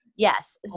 Yes